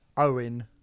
Owen